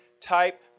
type